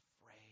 afraid